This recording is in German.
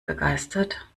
begeistert